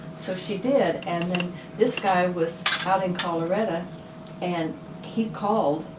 so she did and then this guy was out in colorado and he called,